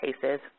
cases